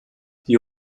die